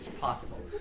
possible